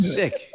sick